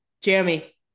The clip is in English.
Jeremy